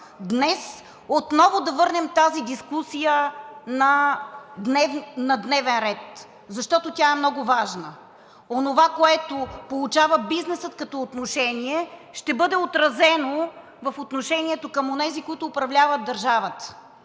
днес отново да върнем тази дискусия на дневен ред, защото тя е много важна. Онова, което получава бизнесът като отношение, ще бъде отразено в отношението към онези, които управляват държавата.